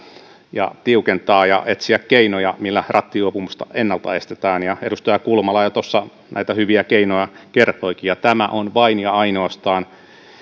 ja tiukentaa ja etsiä keinoja millä rattijuopumusta ennalta estetään edustaja kulmala jo näitä hyviä keinoja kertoikin ja tämä on vain ja ainoastaan